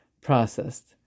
processed